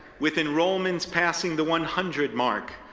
with enrollments passing the one hundred mark,